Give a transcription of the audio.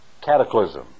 cataclysm